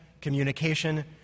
communication